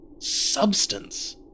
substance